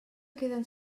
queden